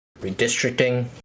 redistricting